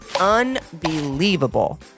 unbelievable